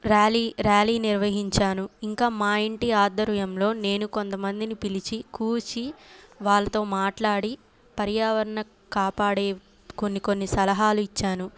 rally rally నిర్వహించాను ఇంకా మా ఇంటి ఆద్దర్యంలో నేను కొంతమందిని పిలిచి కూచి వాళ్ళతో మాట్లాడి పర్యావరణం కాపాడే కొన్ని కొన్ని సలహాలు ఇచ్చాను